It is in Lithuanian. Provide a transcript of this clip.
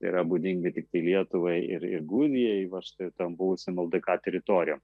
yra būdingi tiktai lietuvai ir ir gudijai vat štai tom buvusiom ldk teritorijom